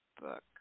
Book